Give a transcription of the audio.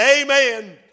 Amen